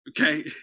okay